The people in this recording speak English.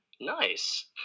nice